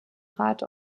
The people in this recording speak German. rat